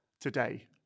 today